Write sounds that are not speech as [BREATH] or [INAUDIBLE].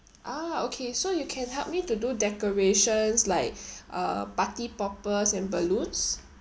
ah okay so you can help me to do decorations like [BREATH] uh party poppers and balloons